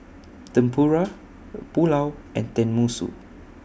Tempura Pulao and Tenmusu